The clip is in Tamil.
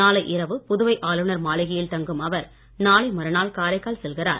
நாளை இரவு புதுவை ஆளுநர் மாளிகையில் தங்கும் அவர் நாளை மறுநாள் காரைக்கால் செல்கிறார்